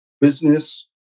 business